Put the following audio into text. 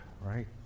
right